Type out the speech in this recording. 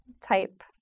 type